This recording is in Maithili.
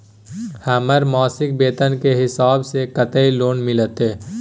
हमर मासिक वेतन के हिसाब स कत्ते लोन मिलते?